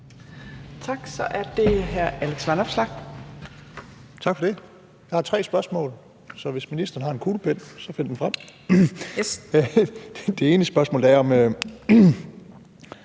Kl. 18:27 Alex Vanopslagh (LA): Tak for det. Jeg har tre spørgsmål, så hvis ministeren har en kuglepen, så find den frem. Det ene spørgsmål er, om